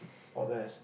or less